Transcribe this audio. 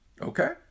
Okay